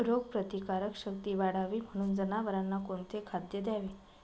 रोगप्रतिकारक शक्ती वाढावी म्हणून जनावरांना कोणते खाद्य द्यावे?